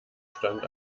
stand